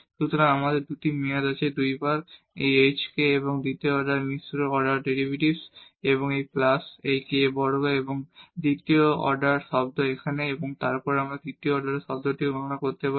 সুতরাং আমাদের দুটি মেয়াদ আছে 2 বার এই h k এবং দ্বিতীয় অর্ডার মিশ্র অর্ডার ডেরিভেটিভ এবং প্লাস এই k বর্গ এবং দ্বিতীয় অর্ডার টার্ম এখানে এবং তারপর আমরা তৃতীয় অর্ডার শব্দটিও গণনা করতে পারি